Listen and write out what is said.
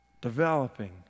developing